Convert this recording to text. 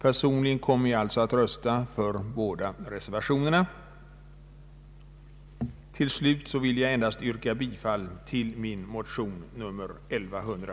Jag kommer alltså att rösta för båda reservationerna.